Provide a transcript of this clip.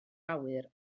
awyr